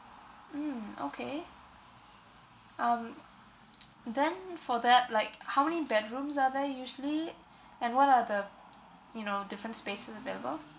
mm okay um then for that like how many bedrooms are there usually and what are the you know different space available